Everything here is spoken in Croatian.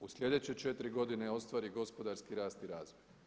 u sljedeće četiri godine ostvari gospodarski rast i razvoj.